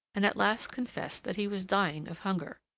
and at last confessed that he was dying of hunger.